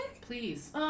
please